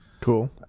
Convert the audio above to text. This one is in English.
cool